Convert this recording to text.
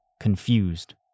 confused